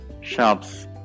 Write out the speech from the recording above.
shops